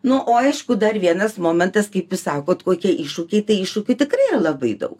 na o aišku dar vienas momentas kaip išsaugot kokie iššūkiai tai iššūkių tikrai yra labai daug